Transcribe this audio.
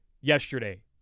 yesterday